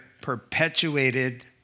perpetuated